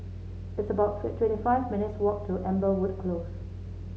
it's about twenty five minutes' walk to Amberwood Close